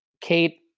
Kate